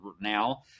now